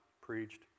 preached